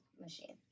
machine